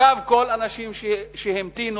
עכשיו כל האנשים שהמתינו,